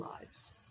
lives